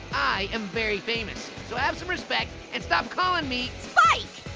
i am very famous, so have some respect and stop calling me. spike.